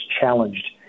challenged